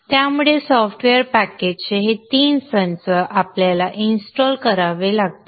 त्यामुळे सॉफ्टवेअर पॅकेजचे हे तीन संच आपल्याला इन्स्टॉल करावे लागतील